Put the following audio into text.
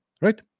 right